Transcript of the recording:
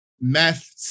meth